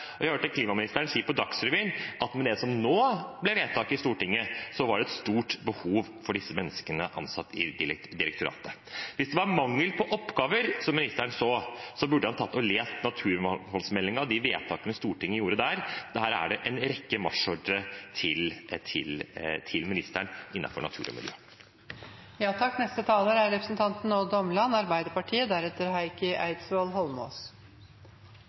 Jeg hørte klimaministeren si på Dagsrevyen at med det som nå ble vedtak i Stortinget, var det et stort behov for å ha disse menneskene ansatt i direktoratet. Hvis det var mangel på oppgaver ministeren så, burde han ha lest naturmangfoldmeldingen og de vedtakene Stortinget gjorde i forbindelse med den. Der er det en rekke marsjordre til ministeren innenfor natur og miljø. Det som fikk meg til å ta ordet, var representanten Odd